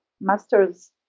masters